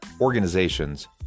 organizations